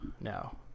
no